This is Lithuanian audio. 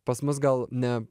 pas mus gal ne